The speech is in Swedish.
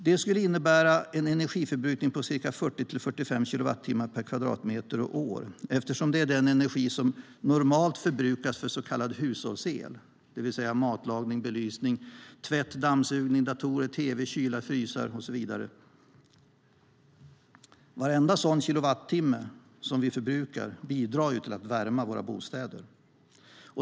Det skulle innebära en energiförbrukning på ca 40-45 kilowattimmar per kvadratmeter och år, eftersom det är den energi som normalt förbrukas för så kallad hushållsel, det vill säga för matlagning, belysning, tvätt, dammsugare, datorer, tv, kylar, frysar och så vidare. Varenda sådan kilowattimme som vi förbrukar bidrar ju till att värma våra bostäder.